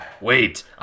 Wait